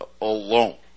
alone